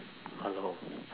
hello